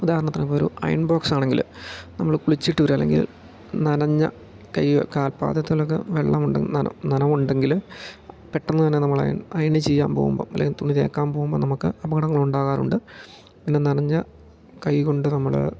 ഉദാഹരണത്തിന് ഇപ്പം ഒരു അയൺ ബോക്സ് ആണെങ്കിൽ നമ്മൾ കുളിച്ചിട്ട് വരിക അല്ലെങ്കിൽ നനഞ്ഞ കൈ കാൽപാദത്തിലൊക്കെ വെള്ളം ഉണ്ടെങ്കിൽ നനവ് ഉണ്ടെങ്കിൽ പെട്ടെന്ന് തന്നെ നമ്മൾ അയൻ അയന് ചെയ്യാൻ പോകുമ്പോൾ അല്ലെങ്കിൽ തുണി തേക്കാൻ പോകുമ്പോൾ നമുക്ക് അപകടങ്ങൾ ഉണ്ടാകാറുണ്ട് പിന്നെ നനഞ്ഞ കൈ കൊണ്ട് നമ്മൾ